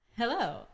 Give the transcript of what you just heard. Hello